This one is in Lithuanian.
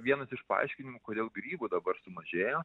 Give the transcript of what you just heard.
vienas iš paaiškinimų kodėl grybų dabar sumažėjo